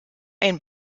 ein